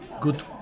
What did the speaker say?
good